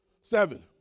Seven